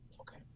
Okay